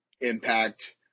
Impact